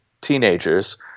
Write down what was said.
teenagers